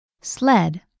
Sled